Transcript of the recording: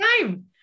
time